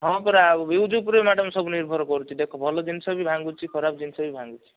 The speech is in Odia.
ହଁ ପରା ଆଉ ୟୁଜ ଉପରେ ମ୍ୟାଡାମ ସବୁ ନିର୍ଭର କରୁଛି ଦେଖ ଭଲ ଜିନିଷ ବି ଭାଙ୍ଗୁଛି ଖରାପ ଜିନିଷ ବି ଭାଙ୍ଗୁଛି